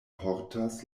portas